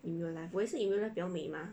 in real life 我也是 in real life 比较美 mah